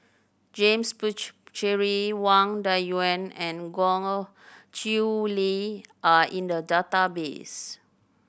James Puthucheary Wang Dayuan and Goh Chiew Lye are in the database